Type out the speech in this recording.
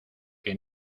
que